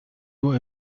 nur